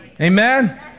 Amen